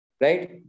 right